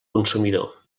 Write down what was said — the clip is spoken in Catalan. consumidor